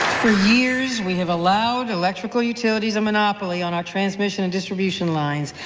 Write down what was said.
for years we have allowed electrical utilities a monopoly on our transmission and distribution lines.